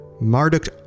Marduk